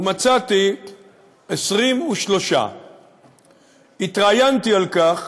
ומצאתי 23. התראיינתי על כך